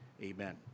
Amen